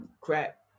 Crap